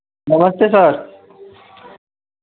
नमस्ते सर